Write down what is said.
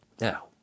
Now